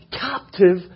captive